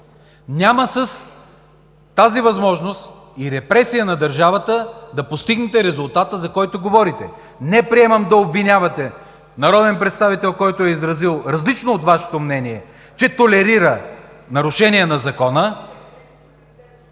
Няма с тази възможност и репресия на държавата да постигнете резултата, за който говорите. Не приемам да обвинявате народен представител, който е изразил мнение, различно от Вашето, че толерира нарушения на Закона